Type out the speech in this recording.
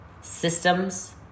systems